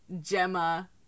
Gemma